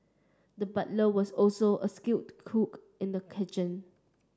the butcher was also a skilled cook in the kitchen